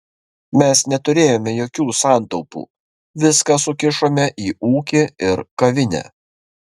mes neturėjome jokių santaupų viską sukišome į ūkį ir kavinę